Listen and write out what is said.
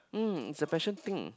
um it's a passion thing